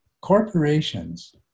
corporations